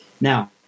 Now